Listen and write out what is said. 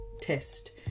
test